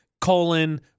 colon